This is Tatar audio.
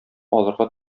алырга